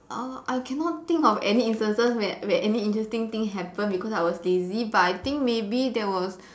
uh I cannot think of any instances where where any interesting thing happened because I was lazy but I think maybe there was